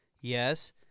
yes